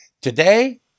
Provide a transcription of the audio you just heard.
Today